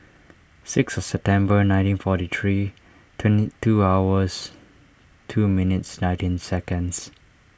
six of September nineteen forty three twenty two hours two minutes nineteen seconds